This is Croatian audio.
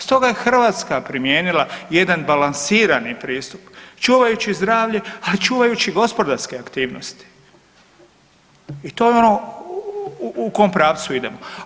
Stoga je Hrvatska primijenila jedan balansirani pristup čuvajući zdravlje, ali čuvajući gospodarske aktivnosti i to je ono u kom pravcu idemo.